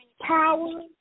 Power